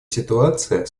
ситуация